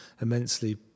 immensely